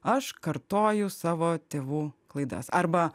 aš kartoju savo tėvų klaidas arba